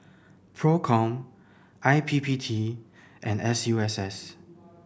Procom I P P T and S U S S